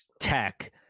tech